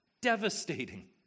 Devastating